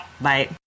Bye